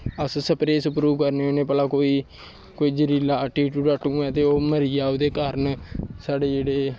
अस स्प्रेऽ स्प्रू करने होन्नें भला कोई जैह्रीला टीटू टाटू होऐ ते ओह् मरी जाह्ग ओह्दे कारण साढ़े जेह्ड़े